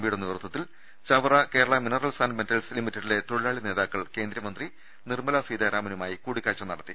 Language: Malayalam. പിയുടെ നേതൃ ത്വത്തിൽ ചവറ കേരളിമിനറൽസ് ആന്റ് മെറ്റൽസ് ലിമിറ്റഡിലെ തൊഴിലാളി നേതാക്കൾ കേന്ദ്രമന്ത്രി നിർമ്മല സീതാരാമനുമായി കൂടിക്കാഴ്ച നടത്തി